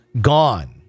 gone